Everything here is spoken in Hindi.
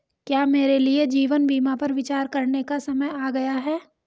क्या मेरे लिए जीवन बीमा पर विचार करने का समय आ गया है?